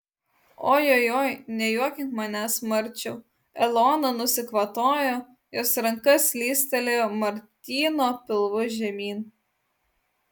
ojojoi nejuokink manęs marčiau elona nusikvatojo jos ranka slystelėjo martyno pilvu žemyn